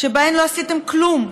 שבהן לא עשיתם כלום,